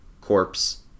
Corpse